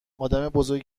آدمبزرگی